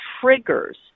triggers